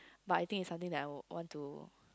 but I think is something that I want to